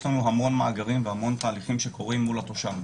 יש לנו המון מאגרים והמון תהליכים שקורים מול התושב.